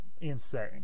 Insane